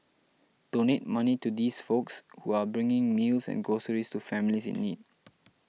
donate money to these folks who are bringing meals and groceries to families in need